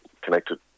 connected